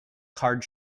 card